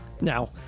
Now